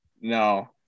No